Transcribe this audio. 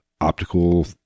optical